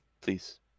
please